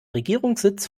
regierungssitz